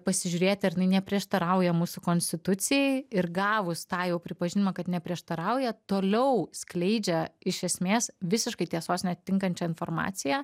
pasižiūrėti ar jinai neprieštarauja mūsų konstitucijai ir gavus tą jau pripažinimą kad neprieštarauja toliau skleidžia iš esmės visiškai tiesos neatitinkančią informaciją